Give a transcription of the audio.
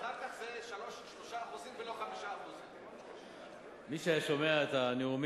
ואחר כך זה 3% ולא 5%. מי ששומע את הנאומים